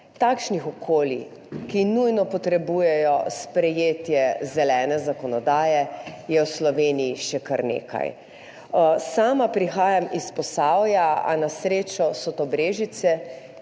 Takšnih okolij, ki nujno potrebujejo sprejetje zelene zakonodaje, je v Sloveniji še kar nekaj. Sama prihajam iz Posavja, a na srečo so to Brežice,